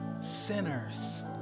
sinners